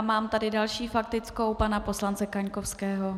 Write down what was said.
Mám tady další faktickou, pana poslance Kaňkovského.